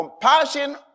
compassion